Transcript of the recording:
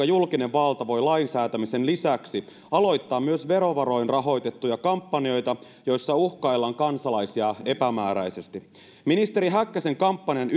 julkinen valta voi lainsäätämisen lisäksi aloittaa myös verovaroin rahoitettuja kampanjoita joissa uhkaillaan kansalaisia epämääräisesti ministeri häkkäsen kampanjan